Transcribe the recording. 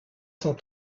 cent